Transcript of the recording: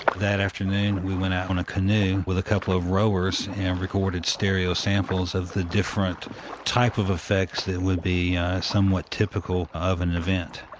that afternoon, i went out on a canoe with a couple of rowers and recorded stereo samples of the different type of effects that would be somewhat typical of an event.